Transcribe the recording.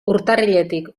urtarriletik